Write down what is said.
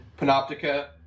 Panoptica